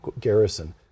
garrison